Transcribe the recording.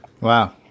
Wow